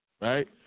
right